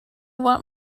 want